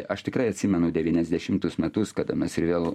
aš tikrai atsimenu devyniasdešimtus metus kada mes ir vėl